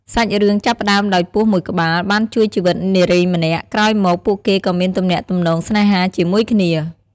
សាច់រឿងចាប់ផ្ដើមដោយពស់មួយក្បាលបានជួយជីវិតនារីម្នាក់ ក្រោយមក ពួកគេក៏មានទំនាក់ទំនងស្នេហាជាមួយគ្នា។